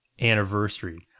anniversary